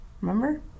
Remember